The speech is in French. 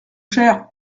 cher